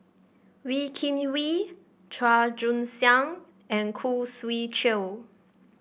Wee Kim Wee Chua Joon Siang and Khoo Swee Chiow